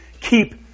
keep